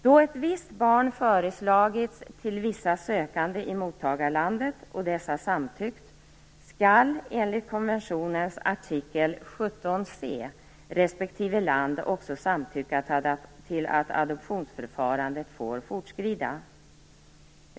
Då ett visst barn föreslagits till vissa sökande i mottagarlandet och dessa samtyckt skall enligt konventionens artikel 17 c respektive land också samtycka till att adoptionsförfarandet får fortskrida.